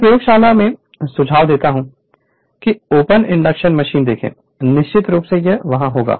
मैं प्रयोगशाला में सुझाव देता हूं कि ओपन इंडक्शन मशीन देखें निश्चित रूप से यह वहां होगा